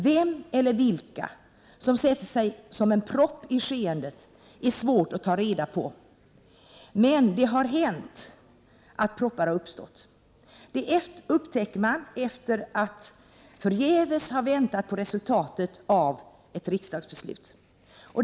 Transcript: Vem eller vilka som sätter sig som en propp i skeendet är svårt att ta reda på. Det har dock hänt att proppar har uppstått. Det upptäcker man efter det att man förgäves har väntat på resultatet av ett riksdagsbeslut.